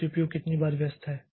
तो सीपीयू कितनी बार व्यस्त है